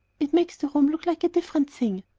it makes the room look like a different thing.